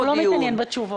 הוא לא מתעניין בתשובות.